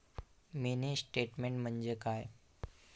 Mini statement म्हणजे काय?